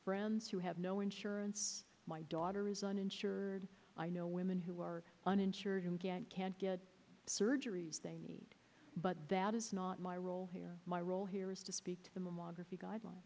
friends who have no insurance my daughter is uninsured i know women who are uninsured and get can't get surgeries they need but that is not my role here my role here is to speak to the mammography guidelines